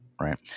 right